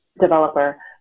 developer